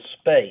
space